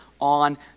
on